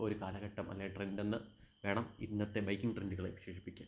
ഒരു കാലഘട്ടം അല്ലെങ്കില് ട്രെഡെന്ന് വേണം ഇന്നത്തെ ബൈക്കിങ് ട്രെൻഡുകളെ വിശേഷിപ്പിക്കാൻ